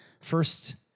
First